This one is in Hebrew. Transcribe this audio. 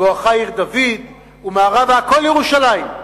בואכה עיר-דוד ומערבה, הכול ירושלים.